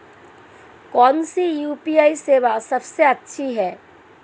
कौन सी यू.पी.आई सेवा सबसे अच्छी है?